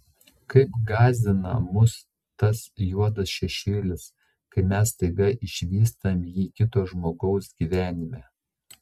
kaip gąsdina mus tas juodas šešėlis kai mes staiga išvystam jį kito žmogaus gyvenime